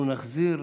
אנחנו נחזיר.